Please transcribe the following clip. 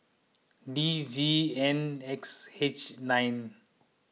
D Z N X H nine